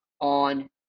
on